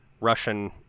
Russian